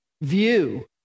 view